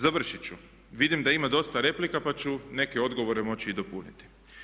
Završit ću, vidim da ima dosta replika pa ću neke odgovore moći i dopuniti.